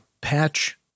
patch